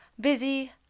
busy